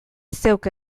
zeuk